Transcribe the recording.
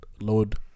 load